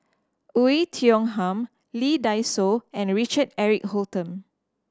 Oei Tiong Ham Lee Dai Soh and Richard Eric Holttum